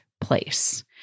place